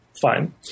Fine